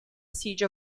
siege